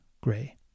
Gray